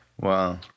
Wow